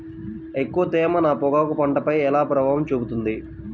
ఎక్కువ తేమ నా పొగాకు పంటపై ఎలా ప్రభావం చూపుతుంది?